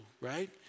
right